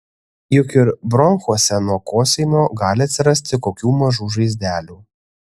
juk ir bronchuose nuo kosėjimo gali atsirasti kokių mažų žaizdelių